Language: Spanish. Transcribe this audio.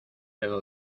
dedo